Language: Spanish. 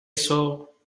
eso